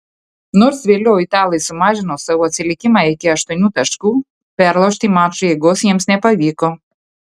nors vėliau italai sumažino savo atsilikimą iki aštuonių taškų perlaužti mačo eigos jiems nepavyko